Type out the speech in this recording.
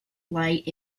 light